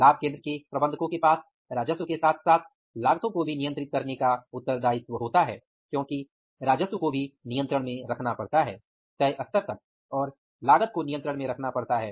लाभ केंद्र के प्रबंधकों के पास राजस्व के साथ साथ लागतों को भी नियंत्रित करने का उत्तरदायित्व होता है क्योंकि राजस्व को भी नियंत्रण में रखना पड़ता है तय स्तर तक और लागत को नियंत्रण में रखना पड़ता है